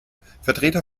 vertreter